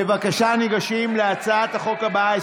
בבקשה, ניגשים להצעת החוק הבאה,